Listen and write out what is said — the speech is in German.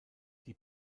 die